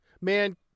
Man